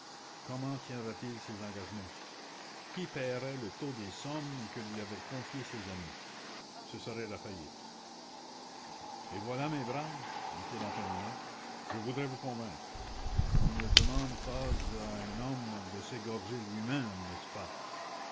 comment tiendrait il ses engagements qui paierait le taux des sommes que lui avaient confiées ses amis ce serait la faillite et voilà mes braves dit-il en terminant je voudrais vous convaincre on ne demande pas à un homme de s'égorger lui-même n'est-ce pas